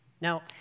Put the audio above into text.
Now